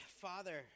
Father